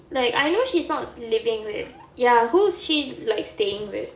like I know she's not living with ya who's she like staying with